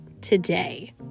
today